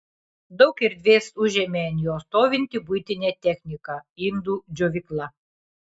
daug erdvės užėmė ant jo stovinti buitinė technika indų džiovykla